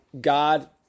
God